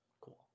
cool